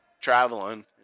traveling